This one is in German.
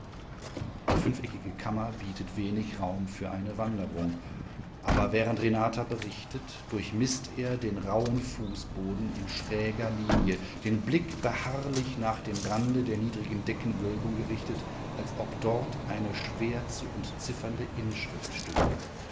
die fünfeckige kammer bietet wenig raum für eine wanderung aber während renata berichtet durchmißt er den rauhen fußboden in schräger linie den blick beharrlich nach dem rande der niedrigen deckenwölbung gerichtet als ob dort eine schwer zu entziffernde inschrift stünde